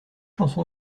chanson